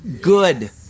Good